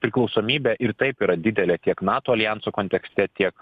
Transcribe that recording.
priklausomybė ir taip yra didelė tiek nato aljanso kontekste tiek